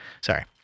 Sorry